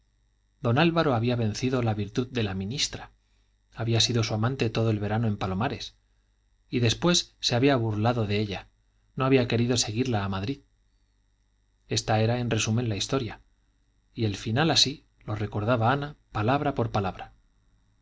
don álvaro había vencido la virtud de la ministra había sido su amante todo el verano en palomares y después se había burlado de ella no había querido seguirla a madrid esta era en resumen la historia y el final así lo recordaba ana palabra por palabra